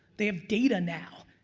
they have data now,